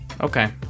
Okay